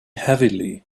heavily